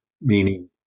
Meaning